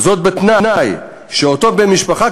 זאת בתנאי שאותו בן-משפחה,